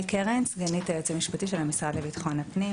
אני סגנית היועץ המשפטי של המשרד לביטחון הפנים.